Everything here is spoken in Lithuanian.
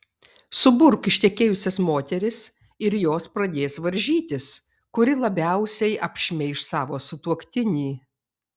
suburk ištekėjusias moteris ir jos pradės varžytis kuri labiausiai apšmeiš savo sutuoktinį